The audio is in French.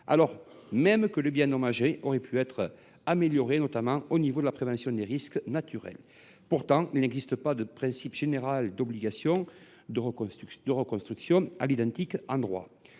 alors même que le bien endommagé aurait pu être amélioré, notamment sur le plan de la prévention des risques naturels. Pourtant, il n’existe pas en droit de principe général d’obligation de reconstruction à l’identique… Pour